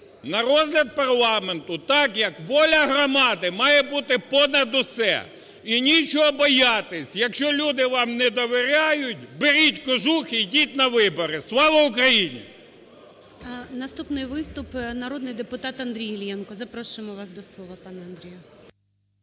на розгляд парламенту, так як воля громади має бути понад усе. І нічого боятись. Якщо люди вам не довіряють, "беріть кожух" і йдіть на вибори. Слава Україні! ГОЛОВУЮЧИЙ. Наступний виступ – народний депутат Андрій Іллєнко. Запрошуємо вас до слова, пане Андрію.